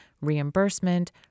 reimbursement